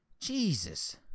Jesus